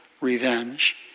revenge